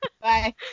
Bye